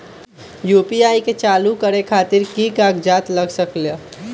UPI के चालु करे खातीर कि की कागज़ात लग सकेला?